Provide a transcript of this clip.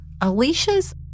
Alicia's